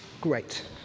Great